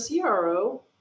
CRO